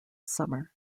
summer